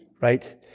Right